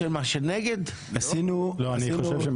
אנחנו שוקלים